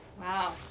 Wow